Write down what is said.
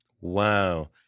Wow